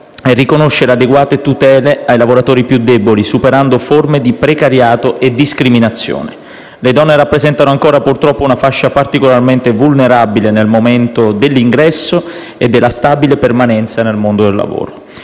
è riconoscere adeguate tutele ai lavoratori più deboli, superando forme di precariato e discriminazione. Le donne purtroppo rappresentano ancora una fascia particolarmente vulnerabile nel momento dell'ingresso e della stabile permanenza nel mondo del lavoro.